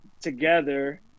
together